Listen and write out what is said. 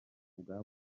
bwa